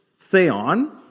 theon